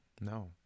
No